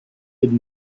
had